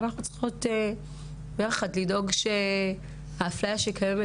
ואנחנו צריכות לדאוג שההפליה שקיימת